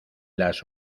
las